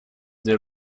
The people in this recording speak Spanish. the